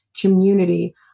community